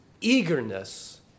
eagerness